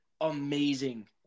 amazing